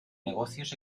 negocios